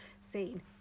scene